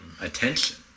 Attention